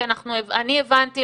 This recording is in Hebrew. אני הבנתי,